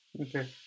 Okay